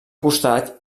costat